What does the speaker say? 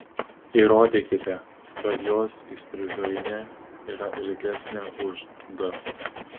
įrodykite kad jos įstrižainė yra ilgesnė už d